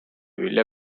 külje